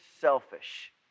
selfish